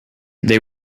they